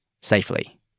safely